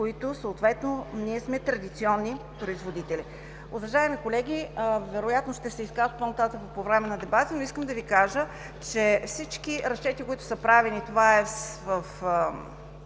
където ние сме традиционни производители. Уважаеми колеги, вероятно ще се изкажа по-нататък по време на дебата, но искам да Ви кажа, че при всички разчети, които са правени в